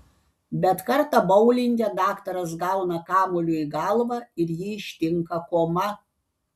bet kartą boulinge daktaras gauna kamuoliu į galvą ir jį ištinka koma